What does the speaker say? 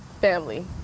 Family